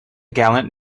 gallant